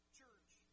church